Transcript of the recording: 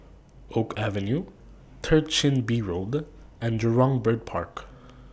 Oak Avenue Third Chin Bee Road and Jurong Bird Park